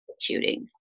shooting